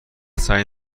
سعی